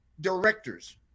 directors